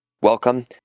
Welcome